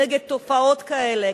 נגד תופעות כאלה,